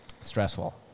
stressful